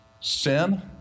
sin